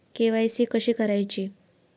KYC कशी करायची?